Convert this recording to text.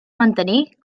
mantenir